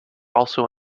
also